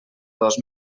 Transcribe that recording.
dos